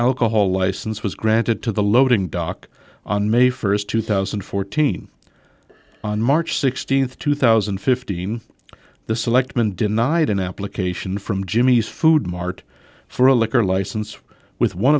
alcohol license was granted to the loading dock on may first two thousand and fourteen on march sixteenth two thousand and fifteen the selectmen denied an application from jimmy's food mart for a liquor license with one